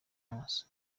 maso